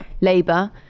Labour